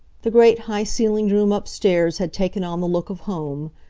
the great, high-ceilinged room upstairs had taken on the look of home.